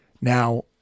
Now